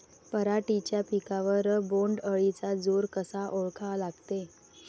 पराटीच्या पिकावर बोण्ड अळीचा जोर कसा ओळखा लागते?